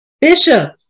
Bishop